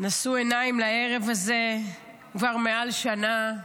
נשאו עיניים לערב הזה כבר מעל שנה,